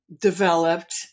developed